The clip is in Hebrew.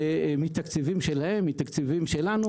מתקציבים שלהם ומתקציבים שלנו.